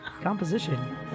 composition